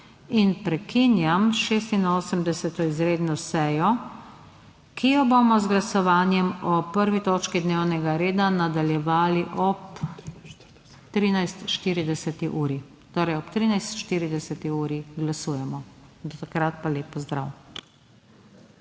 in prekinjam 86. izredno sejo, ki jo bomo z glasovanjem o 1. točki dnevnega reda nadaljevali ob 13.40. Torej, ob 13.40 glasujemo, do takrat pa lep pozdrav.